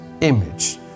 image